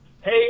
Hey